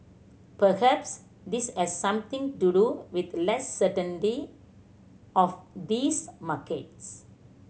perhaps this has something to do with less certainty of these markets